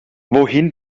wohin